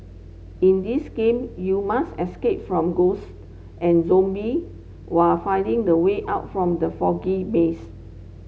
in this game you must escape from ghost and zombie while finding the way out from the foggy maze